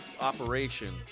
operation